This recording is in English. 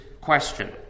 question